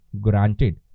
granted